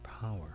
power